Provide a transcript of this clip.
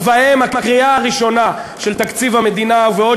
ובהן הקריאה הראשונה של תקציב המדינה ובעוד